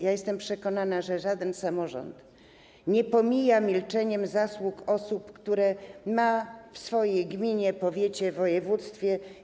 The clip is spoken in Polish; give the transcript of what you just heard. Jestem przekonana, że żaden samorząd nie pomija milczeniem zasług osób, które ma w swojej gminie, powiecie, województwie.